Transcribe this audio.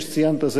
כפי שציינת,